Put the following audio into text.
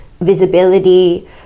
visibility